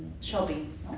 shopping